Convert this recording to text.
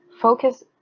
focus